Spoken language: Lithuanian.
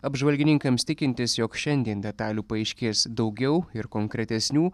apžvalgininkams tikintis jog šiandien detalių paaiškės daugiau ir konkretesnių